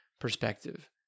perspective